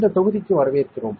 இந்த தொகுதிக்கு வரவேற்கிறோம்